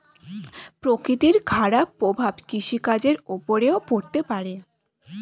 প্রকৃতির খারাপ প্রভাব কৃষিকাজের উপরেও পড়তে পারে